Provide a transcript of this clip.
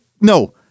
no